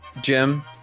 Jim